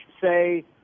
say